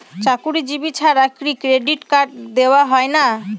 চাকুরীজীবি ছাড়া কি ক্রেডিট কার্ড দেওয়া হয় না?